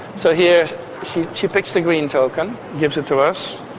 so here she she picks the green token, gives it to us.